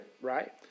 Right